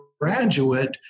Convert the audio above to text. graduate